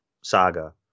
saga